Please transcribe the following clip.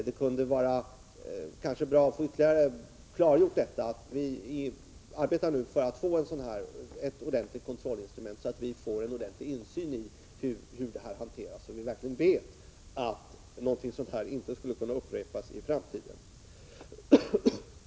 Det kanske kunde vara bra att få ytterligare klargjort att vi nu arbetar för att få ett ordenligt kontrollinstrument, så att vi får en ordentlig insyn i hanteringen och så att vi verkligen vet att något sådant här inte skulle kunna upprepas i framtiden.